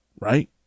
right